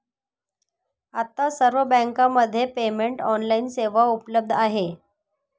आता सर्व बँकांमध्ये पेमेंट ऑनलाइन सेवा उपलब्ध आहे